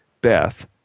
Beth